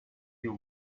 you